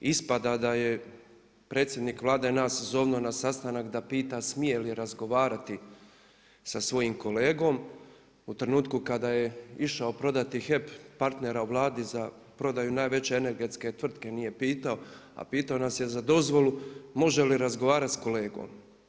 Ispada da je predsjednik Vlade nas pozvao na sastanak da pita smije li razgovarati sa svojom kolegom u trenutku kada je išao prodati HEP partnera u Vladi za prodaju najveće energetske tvrtke nije pitao a po pitao nas je za dozvolu može li razgovarati sa kolegom.